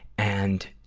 and,